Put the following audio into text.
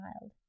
child